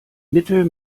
mittel